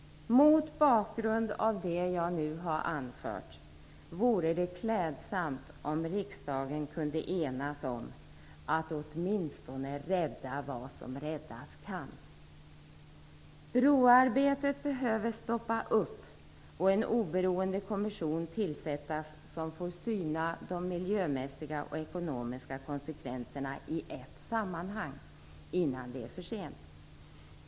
Mot bakgrund av det jag nu anfört vore det klädsamt om riksdagen kunde enas om att åtminstone rädda vad som räddas kan. Broarbetet behöver stoppas upp och en oberoende kommission tillsättas som får syna de miljömässiga och ekonomiska konsekvenserna i ett sammanhang innan det är för sent.